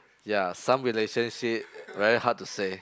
ya some relationship very hard to say